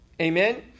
Amen